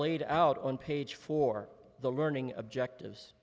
laid out on page four the learning objectives